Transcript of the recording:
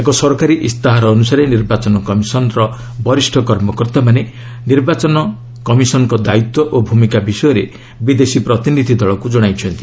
ଏକ ସରକାରୀ ଇସ୍ତାହାର ଅନୁସାରେ ନିର୍ବାଚନ କମିଶନ୍ ର ବରିଷ୍ଣ କର୍ମକର୍ତ୍ତାମାନେ ନିର୍ବାଚନଙ୍କ କମିଶନ୍ଙ୍କ ଦାୟିତ୍ୱ ଓ ଭୂମିକା ବିଷୟରେ ବିଦେଶୀ ପ୍ରତିନିଧ୍ ଦଳଙ୍କୁ ଜଣାଇଛନ୍ତି